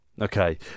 okay